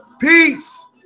peace